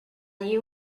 you